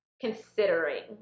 considering